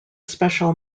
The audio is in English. special